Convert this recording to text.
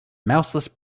mouseless